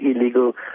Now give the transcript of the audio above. illegal